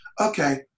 Okay